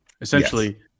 essentially